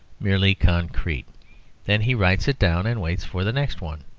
merely concrete then he writes it down and waits for the next one.